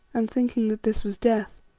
and thinking that this was death,